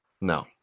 No